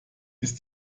ist